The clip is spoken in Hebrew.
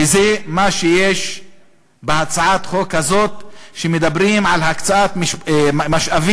וזה מה שיש בהצעת חוק הזאת כשמדברים על הקצאת משאבים,